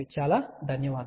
చాలా ధన్యవాదాలు